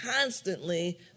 constantly